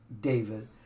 David